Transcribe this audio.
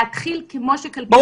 להתחיל כמו שכלכלנים מתנהגים.